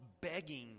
begging